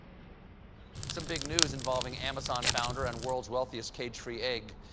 been some big news involving amazon founder and world's wealthiest cage-free egg